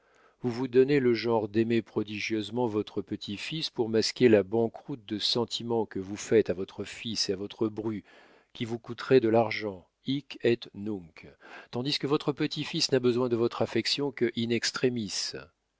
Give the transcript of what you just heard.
vous vous donnez le genre d'aimer prodigieusement votre petit-fils pour masquer la banqueroute de sentiments que vous faites à votre fils et à votre bru qui vous coûteraient de l'argent hic et nunc tandis que votre petit-fils n'a besoin de votre affection que in